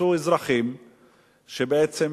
מצאו אזרחים שבעצם,